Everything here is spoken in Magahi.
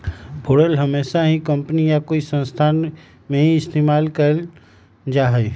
पेरोल हमेशा ही कम्पनी या कोई संस्था में ही इस्तेमाल कइल जाहई